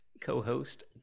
co-host